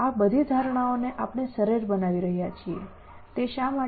આ બધી ધારણાઓને આપણે સરળ બનાવી રહ્યા છે તે શા માટે